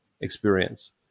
experience